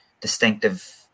distinctive